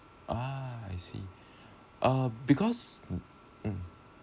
ah I see uh because um